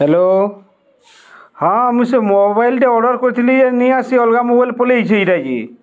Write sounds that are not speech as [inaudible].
hello ହଁ ମୁଁ ସେ ମୋବାଇଲଟେ ଅର୍ଡର୍ କରିଥିଲି [unintelligible] ଅଲଗା ମୋବାଇଲ୍ଟେ ପଳେଇ ଆସିଛି ଏଇଟା କି